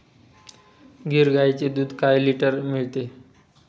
गीर गाईचे दूध काय लिटर मिळते?